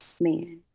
man